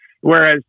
whereas